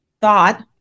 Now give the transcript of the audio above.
thought